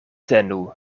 tenu